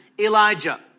Elijah